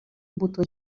mbuto